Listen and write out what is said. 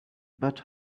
but